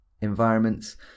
environments